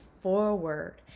forward